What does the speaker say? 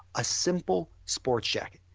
a simple sports jacket,